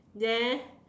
then